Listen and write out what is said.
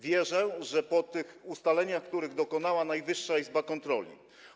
Wierzę, że po tych ustaleniach, których dokonała Najwyższa Izba Kontroli.